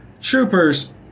troopers